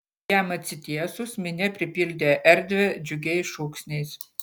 jam atsitiesus minia pripildė erdvę džiugiais šūksniais